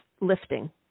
lifting